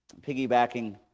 Piggybacking